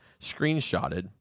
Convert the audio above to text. screenshotted